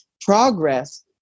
Progress